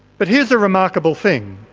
but here's a remarkable thing.